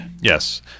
Yes